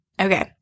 Okay